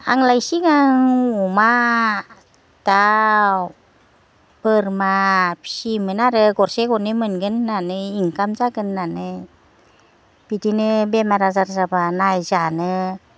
आंलय सिगां अमा दाउ बोरमा फिसियोमोन आरो गरसे गरनै मोनगोन होननानै इनकाम जागोन होननानै बिदिनो बेमार आजार जाब्ला नायजानो